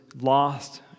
lost